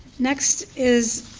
next is,